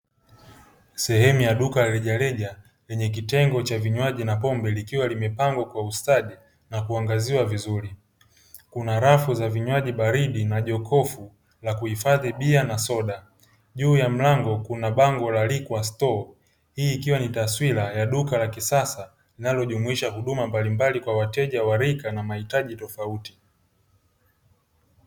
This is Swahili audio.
Sehemu ya duka la rejareja lenye kitengo cha vinywaji na pombe likiwa limepangwa kwa ustadi na kuangaziwa vizuri. Kuna rafu za vinywaji baridi na jokofu la kuhifadhi bia na soda. Juu ya mlango kuna bango la "Liquor Store". Hii ikiwa ni taswira ya duka la kisasa linalojumuisha huduma mbalimbali kwa wateja wa rika na mahitaji tofauti.